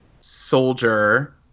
soldier